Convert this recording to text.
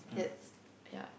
it's yeah